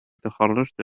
تخرجت